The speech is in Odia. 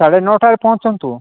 ସାଢ଼େ ନଅ ଟାରେ ପହଞ୍ଚନ୍ତୁ